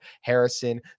Harrison